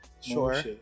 Sure